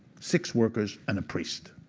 six workers and a priest.